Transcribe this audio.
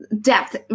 depth